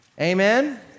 Amen